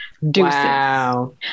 Wow